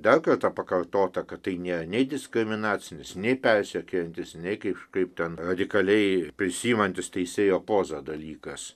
dar kartą pakartota kad tai nėra nei diskriminacinis nei persekiojantis nei kažkaip ten radikaliai prisiimantis teisėjo pozą dalykas